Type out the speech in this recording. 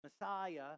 Messiah